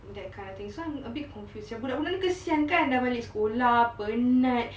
that kind of thing so I'm a bit confused yang budak-budak ni kesian kan dah balik sekolah penat